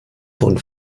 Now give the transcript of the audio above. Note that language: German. von